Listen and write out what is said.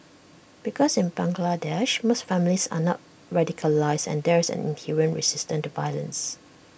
because in Bangladesh most families are not radicalised and there is an inherent resistance to violence